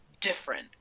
different